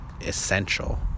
essential